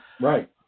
Right